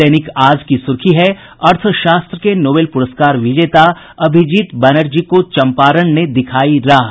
दैनिक आज की सुर्खी है अर्थशास्त्र के नोबेल पुरस्कार विजेता अभिजीत बनर्जी को चंपारण ने दिखायी राह